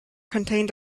contained